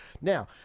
now